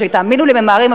שתאמינו לי שהם ממהרים,